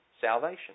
salvation